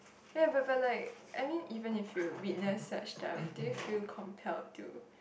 ya but but like I mean even if you witness such stuff do you feel compelled to